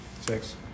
Six